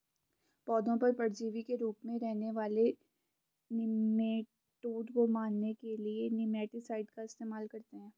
पौधों पर परजीवी के रूप में रहने वाले निमैटोड को मारने के लिए निमैटीसाइड का इस्तेमाल करते हैं